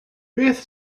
beth